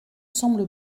semble